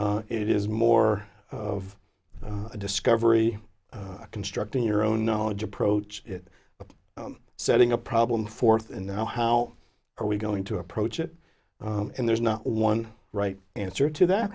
now it is more of a discovery constructing your own knowledge approach it but setting a problem forth and now how are we going to approach it and there's not one right answer to that